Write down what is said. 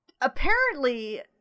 apparently-